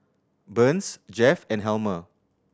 Burns Jeff and Helmer